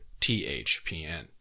THPN